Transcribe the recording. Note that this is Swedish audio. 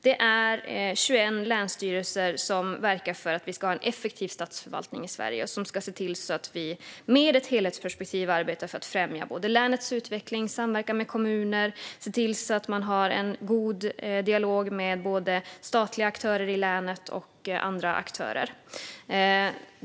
Det är 21 länsstyrelser som verkar för att vi ska ha en effektiv statsförvaltning i Sverige som ska se till att vi med ett helhetsperspektiv arbetar för att främja både länets utveckling, samverkan med kommuner, se till att man har en god dialog med både statliga aktörer i länet och andra aktörer.